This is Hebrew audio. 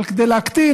אבל כדי להקטין,